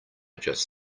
just